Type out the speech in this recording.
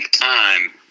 time